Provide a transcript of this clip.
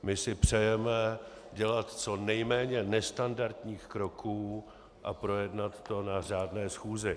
My si přejeme dělat co nejméně nestandardních kroků a projednat to na řádné schůzi.